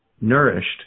nourished